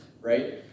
Right